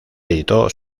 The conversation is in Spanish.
editó